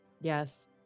yes